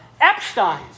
Epstein